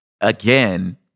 again